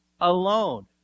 alone